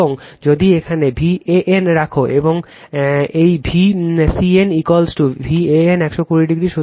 এবং যদি এখানে Van রাখো এবং এই V CN Van 120o